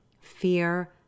fear